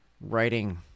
writing